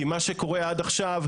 כי מה שקורה עד עכשיו,